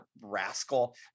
rascal